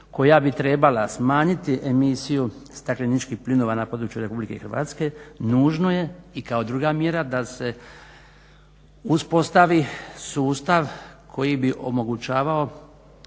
koja bi trebala smanjiti emisiju stakleničkih plinova na području RH nužno je i kao druga mjera da se uspostavi sustav koji bi omogućavao